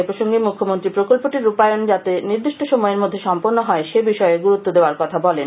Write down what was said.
এ প্রসঙ্গে মুখ্যমন্ত্রী প্রকল্পটির রূপায়ণ যাতে নির্দিষ্ঠ সময়ের মধ্যে সম্পন্ন হয় সে বিষয়েও গুরুত্ব দেওয়ার কথা বলেন